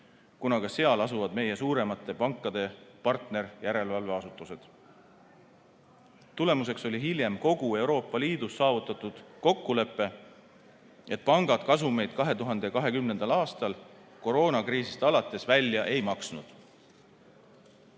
kuna ka seal asuvad meie suuremate pankade partnerjärelevalveasutused. Tulemuseks oli hiljem kogu Euroopa Liidus saavutatud kokkulepe, et pangad kasumeid 2020. aastal koroonakriisist alates välja ei maksnud. Lisaks